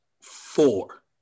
four